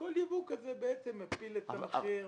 וכל יבוא כזה מכפיל את המחיר.